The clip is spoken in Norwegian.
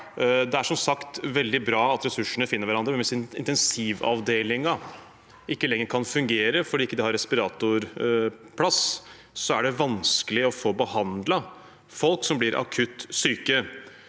sagt veldig bra at ressursene finner hverandre, men hvis intensivavdelingen ikke lenger kan fungere fordi de ikke har respiratorplass, er det vanskelig å få behandlet folk som blir akutt syke.